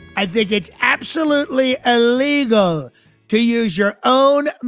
i think it's absolutely ah legal to use your own